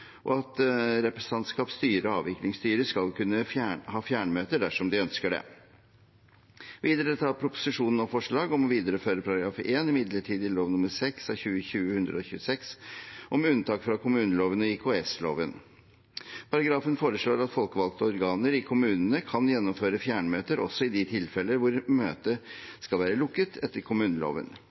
og at representantskapet, styret og avviklingsstyret skal kunne ha fjernmøter dersom de ønsker det. Videre tar proposisjonen opp forslag om å videreføre § 1 i midlertidig lov av 6. november 2020 nr. 126 om unntak fra kommuneloven og IKS-loven. Paragrafen foreslår at folkevalgte organer i kommunene kan gjennomføre fjernmøter også i de tilfeller hvor møtet skal være lukket etter kommuneloven.